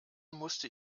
musste